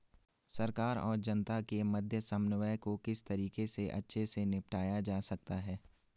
सरकार और जनता के मध्य समन्वय को किस तरीके से अच्छे से निपटाया जा सकता है?